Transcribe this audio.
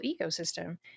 ecosystem